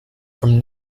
from